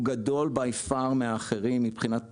הוא גדול בהרבה מהאחרים מבחינת פקדונות,